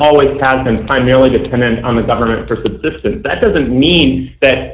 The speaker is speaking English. always has been primarily dependent on the government that doesn't mean that